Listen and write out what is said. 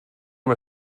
amb